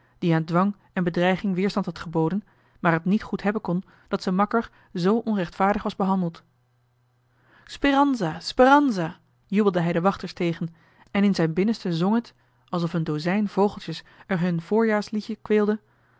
die aan dwang en bedreiging weerstand had geboden maar het niet goed hebben kon dat z'n makker zoo onrechtvaardig was behandeld speranza speranza jubelde hij de wachters tegen en in zijn binnenste zong het alsof een dozijn vogeltjes er hun